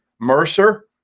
Mercer